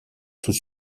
sous